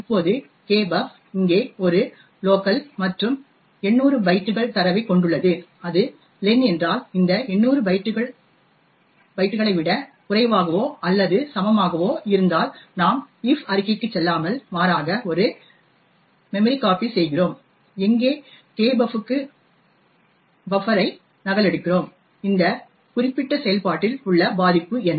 இப்போது kbuf இங்கே ஒரு லோகல் மற்றும் 800 பைட்டுகள் தரவைக் கொண்டுள்ளது அது லென் என்றால் இந்த 800 பைட்டுகளை விடக் குறைவாகவோ அல்லது சமமாகவோ இருந்தால் நாம் if அறிக்கைக்குச் செல்லாமல் மாறாக ஒரு memcpy செய்கிறோம் எங்கே kbuf க்கு பஃப்பர் ஐ நகலெடுக்கிறோம் இந்த குறிப்பிட்ட செயல்பாட்டில் உள்ள பாதிப்பு என்ன